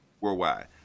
worldwide